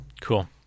Cool